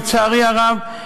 לצערי הרב,